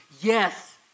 Yes